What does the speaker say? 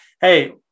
hey